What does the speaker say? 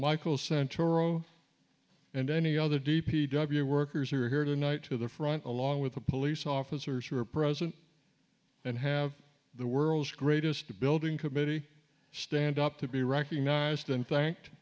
michael santoro and any other d p w workers who are here tonight to the front along with the police officers who are present and have the world's greatest building committee stand up to be recognized and thanked